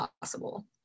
possible